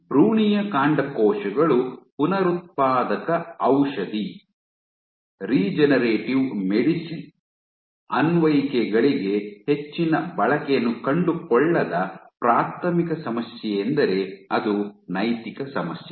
ಭ್ರೂಣೀಯ ಕಾಂಡಕೋಶಗಳು ಪುನರುತ್ಪಾದಕ ಔಷಧಿ ರೆಜೆನೆರೇಟಿವ್ ಮೆಡಿಸಿನ್ ಅನ್ವಯಿಕೆಗಳಿಗೆ ಹೆಚ್ಚಿನ ಬಳಕೆಯನ್ನು ಕಂಡುಕೊಳ್ಳದ ಪ್ರಾಥಮಿಕ ಸಮಸ್ಯೆಯೆಂದರೆ ಅದು ನೈತಿಕ ಸಮಸ್ಯೆ